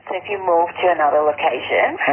if you move to another location?